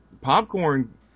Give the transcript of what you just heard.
popcorn